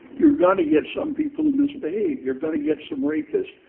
you're gonna get some people who misbehave. you're gonna get some rapists,